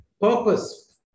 purpose